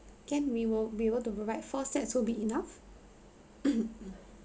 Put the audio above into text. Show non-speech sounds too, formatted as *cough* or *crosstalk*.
can we will be able to provide four sets will be enough *coughs*